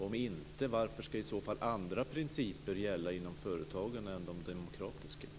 Om inte, varför skall i så fall andra principer än de demokratiska gälla inom företagen?